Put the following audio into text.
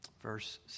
Verse